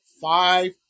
five